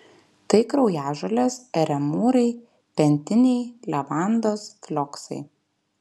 tai kraujažolės eremūrai pentiniai levandos flioksai